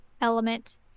element